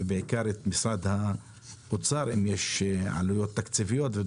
ובעיקר את משרד האוצר אם יש עלויות תקציביות.